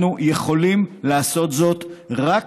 אנחנו יכולים לעשות זאת אם רק